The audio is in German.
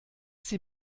sie